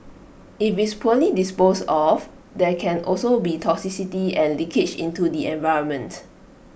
if it's poorly disposed of there can also be toxicity and leakage into the environment